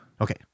Okay